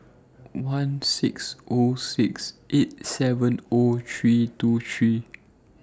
one six O six eight seven O three two three